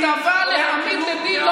ותבע להעמיד לדין,